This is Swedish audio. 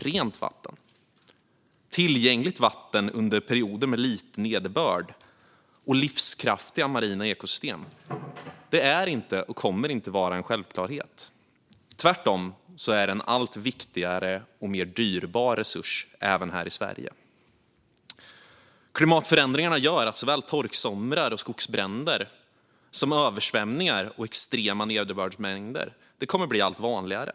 Rent vatten, tillgängligt vatten under perioder med lite nederbörd och livskraftiga marina ekosystem är inte och kommer inte att vara en självklarhet. Tvärtom är det en allt viktigare och mer dyrbar resurs även här i Sverige. Klimatförändringarna gör att såväl torksomrar och skogsbränder som översvämningar och extrema nederbördsmängder kommer att bli allt vanligare.